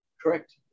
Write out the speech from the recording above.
Correct